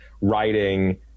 writing